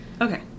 Okay